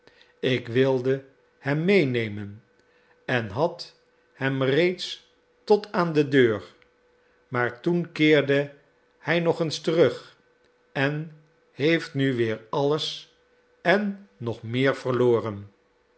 ik wilde hem meenemen en had hem reeds tot aan de deur maar toen keerde hij nog eens terug en heeft nu weer alles en nog meer verloren